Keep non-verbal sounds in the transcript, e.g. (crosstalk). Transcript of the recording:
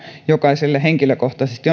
jokaiselle henkilökohtaisesti (unintelligible)